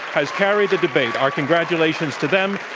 has carried the debate. our congratulations to them,